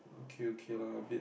okay okay lah a bit